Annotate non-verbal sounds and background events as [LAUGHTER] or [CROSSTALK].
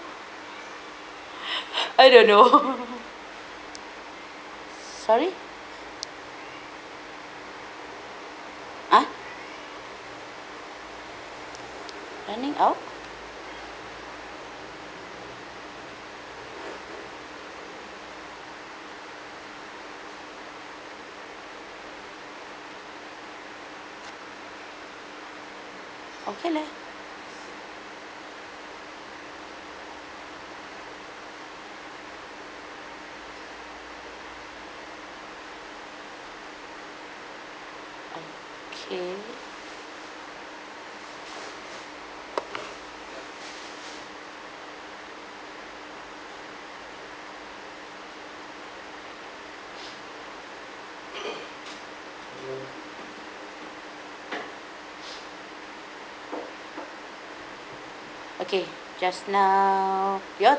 [BREATH] I don't know [LAUGHS] sorry !huh! running of okay leh okay okay just now we all